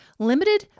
Limited